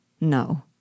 No